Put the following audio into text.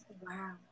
Wow